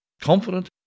confident